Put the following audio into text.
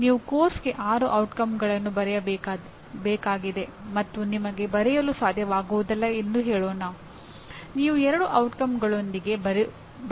ಆ ಪ್ರಕ್ರಿಯೆಯು ತುಂಬಾ ಸರಳವಲ್ಲ ಮತ್ತು ಇದು ಮಾನ್ಯ ಅಥವಾ ಮಾನ್ಯವಲ್ಲದ ಅನೇಕ ಊಹೆಗಳನ್ನು ಒಳಗೊಂಡಿರುತ್ತದೆ